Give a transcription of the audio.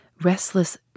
restless